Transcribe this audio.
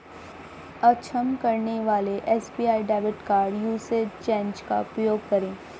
अक्षम करने वाले SBI debit card usage change का उपयोग करें